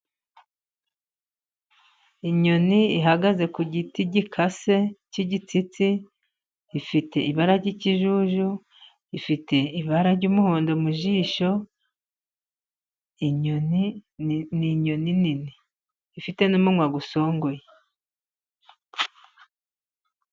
Inyoni ihagaze ku giti gikase cy'igitsitsi, ifite ibara ry'ikijuju, ifite ibara ry'umuhondo mu jisho, inyoni ni inyoni nini ifite n'umunwa usongoye.